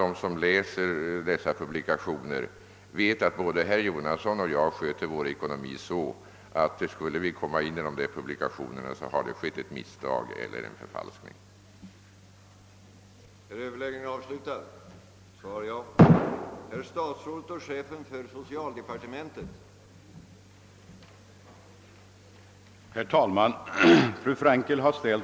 De som läser dessa publikationer vet säkerligen att både herr Jonasson och jag sköter vår ekonomi, och de förstår därför att det har skett ett misstag eller en »förfalskning» om våra namn skulle återfinnas där.